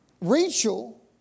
Rachel